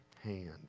hand